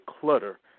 clutter